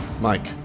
Mike